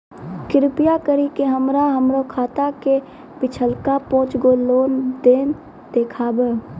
कृपा करि के हमरा हमरो खाता के पिछलका पांच गो लेन देन देखाबो